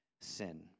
sin